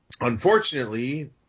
Unfortunately